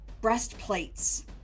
breastplates